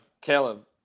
Caleb